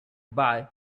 buy